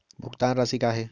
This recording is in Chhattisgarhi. भुगतान राशि का हे?